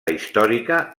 històrica